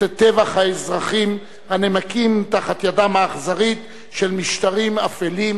טבח האזרחים הנמקים תחת ידם האכזרית של משטרים אפלים,